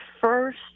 first